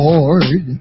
Lord